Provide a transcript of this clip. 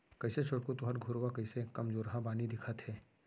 कइसे छोटकू तुँहर गरूवा कइसे कमजोरहा बानी दिखत हे